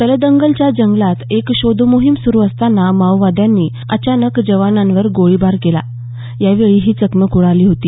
तलदंगलच्या जंगलात एक शोध मोहिम सुरु असताना माओवाद्यांनी अचानक जवानांवर गोळीबार केला यावेळी ही चकमक उडाली होती